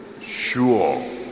Sure